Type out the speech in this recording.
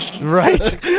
right